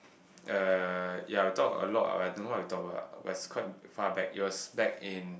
uh ya we talk a lot but I don't know what we talk about it was quite far back it was back in